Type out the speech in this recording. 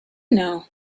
know